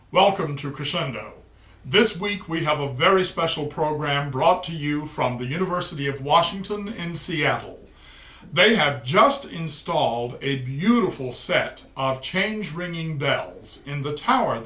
welcome to crescendo this week we have a very special program brought to you from the university of washington in seattle they have just installed a beautiful set of change ringing bells in the tower